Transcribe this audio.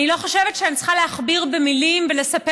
אני לא חושבת שאני צריכה להכביר מילים ולספר